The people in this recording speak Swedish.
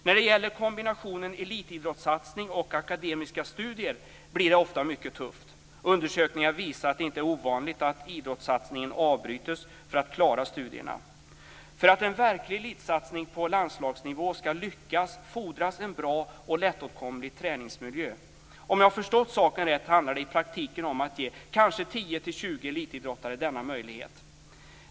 När det gäller kombinationen elitidrottssatsning och akademiska studier blir det ofta mycket tufft. Undersökningar visar att det inte är ovanligt att idrottssatsningen avbryts för att studierna ska klaras. För att en verklig elitsatsning på landslagsnivå ska lyckas fordras en bra och lättåtkomlig träningsmiljö. Om jag har förstått saken rätt handlar det i praktiken om att ge kanske 10-20 elitidrottare denna möjlighet.